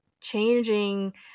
changing